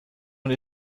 und